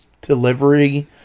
delivery